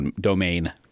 Domain